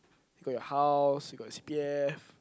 you got your house your got C_P_F